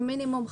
במינימום,